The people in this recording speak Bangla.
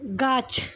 গাছ